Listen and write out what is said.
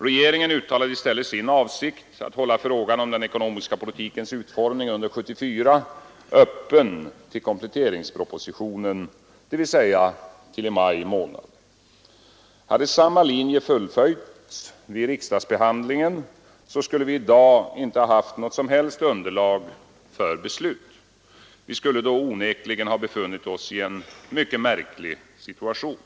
Regeringen uttalade i stället sin avsikt att hålla frågan om den ekonomiska politikens utformning under 1974 öppen tills kompletteringspropositionen framlades, dvs. till i maj månad. Hade samma linje fullföljts vid riksdagsbehandlingen, skulle vi i dag inte ha haft något som helst underlag för beslut. Vi skulle då onekligen ha befunnit oss i en mycket märklig situation.